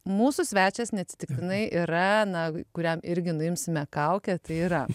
mūsų svečias neatsitiktinai yra na kuriam irgi nuimsime kaukę tai yra